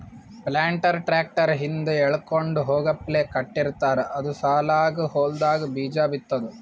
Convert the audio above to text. planter tractor ಹಿಂದ್ ಎಳ್ಕೊಂಡ್ ಹೋಗಪ್ಲೆ ಕಟ್ಟಿರ್ತಾರ್ ಅದು ಸಾಲಾಗ್ ಹೊಲ್ದಾಗ್ ಬೀಜಾ ಬಿತ್ತದ್